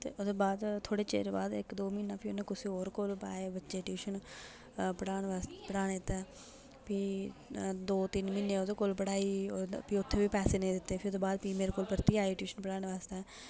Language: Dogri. ते ओह्दे बाद थोह्ड़े चिर बाद इक दो म्हीना उ'नें कुसै होर कोल पाए बच्चे ट्यूशन पढ़ान आस्तै पढ़ाने इत्थै फ्ही दे तिन्न म्हीने ओह्दे कोल पढ़ाए मतलब फ्ही उत्थै बी पैसे नेईं दित्ते फ्ही ओह्दे बाद फ्ही मेरे कोल परतियै आए ट्यूशन पढ़ाने आस्तै